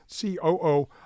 COO